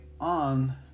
on